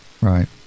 right